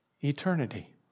eternity